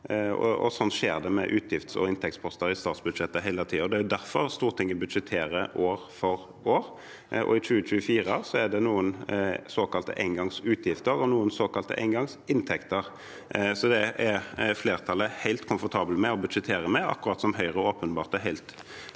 Det skjer med utgifts- og inntektsposter i statsbudsjettet hele tiden. Det er derfor Stortinget budsjetterer år for år. I 2024 er det noen såkalte engangsutgifter og noen såkalte engangsinntekter. Det er flertallet helt komfortable med å budsjettere med, akkurat som Høyre åpenbart er helt komfortabel